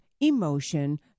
emotion